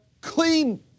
clean